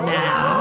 now